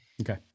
Okay